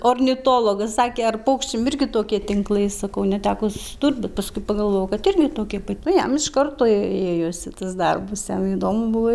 ornitologas sakė ar paukščiam irgi tokie tinklai sakau neteko susidurt bet paskui pagalvojau kad irgi tokie pat jam iš karto ėjosi į tas darbas jam įdomu buvo